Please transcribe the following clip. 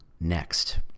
next